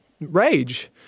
rage